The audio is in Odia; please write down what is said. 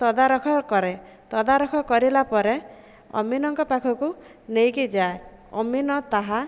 ତଦାରଖ କରେ ତଦାରଖ କରିଲା ପରେ ଅମିନଙ୍କ ପାଖକୁ ନେଇକି ଯାଏ ଅମିନ ତାହା